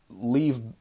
leave